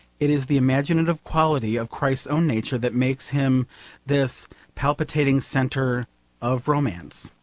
it is the imaginative quality of christ's own nature that makes him this palpitating centre of romance.